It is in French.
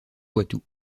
poitou